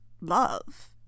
love